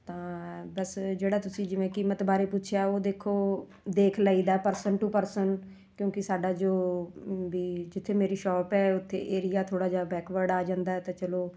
ਤਾਂ ਬਸ ਜਿਹੜਾ ਤੁਸੀਂ ਜਿਵੇਂ ਕੀਮਤ ਬਾਰੇ ਪੁੱਛਿਆ ਉਹ ਦੇਖੋ ਦੇਖ ਲਈਦਾ ਪਰਸਨ ਟੂ ਪਰਸਨ ਕਿਉਂਕਿ ਸਾਡਾ ਜੋ ਵੀ ਜਿੱਥੇ ਮੇਰੀ ਸ਼ੌਪ ਹੈ ਉੱਥੇ ਏਰੀਆ ਥੋੜ੍ਹਾ ਜਿਹਾ ਬੈਕਵਰਡ ਆ ਜਾਂਦਾ ਤਾਂ ਚਲੋ